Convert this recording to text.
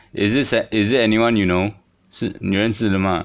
is this an~ is it anyone you know 是你认识的吗